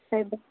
ᱠᱷᱟᱡ ᱫᱚ